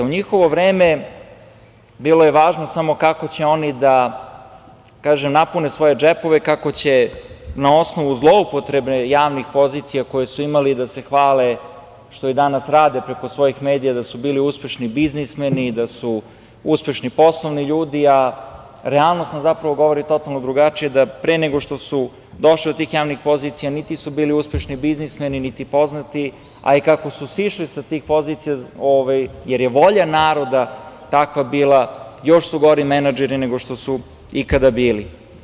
U njihovo vreme, bilo je važno samo kako će oni da napune svoje džepove, kako će na osnovu zloupotrebe javnih pozicija koje su imali da se hvale što i danas rade preko svojih medija da su bili uspešni biznismeni, da su uspešni poslovni ljudi, a realnost nam govori totalno drugačije, da pre nego što su došli do tih javnih pozicija niti su bili uspešni biznismeni, niti poznati, a i kako su sišli sa tih pozicija, jer je volja naroda takva bila, još su gori menadžeri nego što su ikada bili.